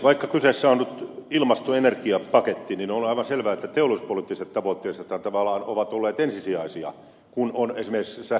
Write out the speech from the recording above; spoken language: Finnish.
vaikka kyseessä on nyt ilmasto ja energiapaketti niin on aivan selvää että teollisuuspoliittiset tavoitteet tavallaan ovat olleet ensisijaisia kun on esimerkiksi sähkönkulutusennusteita määritelty